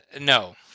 No